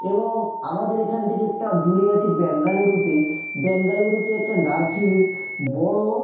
এবং আমাদের এখান থেকে একটা দূরে আছে বেঙ্গালুরুতে বেঙ্গালুরুতে একটা নার্সিং বড়ো